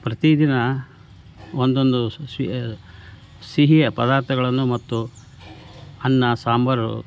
ಪ್ರತಿ ದಿನ ಒಂದೊಂದು ಸ್ ಸ್ವೀ ಸಿಹಿಯ ಪದಾರ್ಥಗಳನ್ನು ಮತ್ತು ಅನ್ನ ಸಾಂಬರು